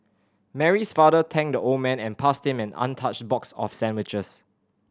Mary's father thanked the old man and passed him an untouched box of sandwiches